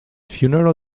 funeral